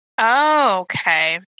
okay